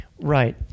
right